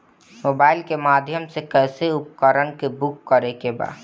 Mobile के माध्यम से कैसे उपकरण के बुक करेके बा?